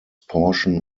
portion